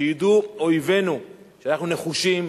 שידעו אויבינו שאנחנו נחושים,